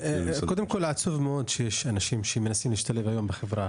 קודם כל עצוב מאוד שיש אנשים שמנסים להשתלב היום בחברה